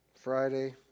Friday